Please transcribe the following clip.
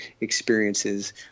experiences